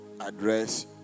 address